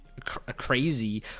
crazy